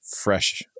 fresh